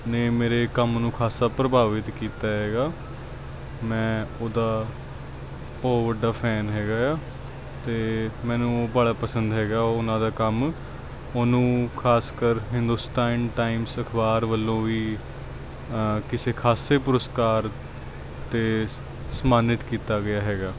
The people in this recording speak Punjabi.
ਨੇ ਮੇਰੇ ਕੰਮ ਨੂੰ ਖਾਸਾ ਪ੍ਰਭਾਵਿਤ ਕੀਤਾ ਹੈਗਾ ਮੈਂ ਉਹਦਾ ਬਹੁਤ ਵੱਡਾ ਫੈਨ ਹੈਗਾ ਆ ਅਤੇ ਮੈਨੂੰ ਉਹ ਬਾਹਲਾ ਪਸੰਦ ਹੈਗਾ ਉਹ ਉਹਨਾਂ ਦਾ ਕੰਮ ਉਹਨੂੰ ਖਾਸਕਰ ਹਿੰਦੁਸਤਾਨ ਟਾਈਮਸ ਅਖਬਾਰ ਵੱਲੋਂ ਵੀ ਕਿਸੇ ਖਾਸੇ ਪੁਰਸਕਾਰ 'ਤੇ ਸਨ ਮਾਨਿਤ ਕੀਤਾ ਗਿਆ ਹੈਗਾ